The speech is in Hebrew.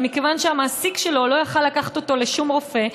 אבל מכיוון שהמעסיק שלו לא היה יכול לקחת אותו לשום רופא,